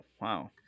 Wow